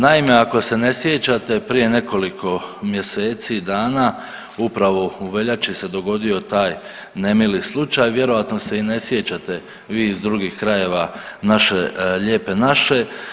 Naime, ako se ne sjećate prije nekoliko mjeseci i dana upravo u veljači se dogodio taj nemili slučaj, vjerojatno se i ne sjećate vi iz drugih krajeva Lijepe naše.